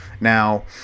Now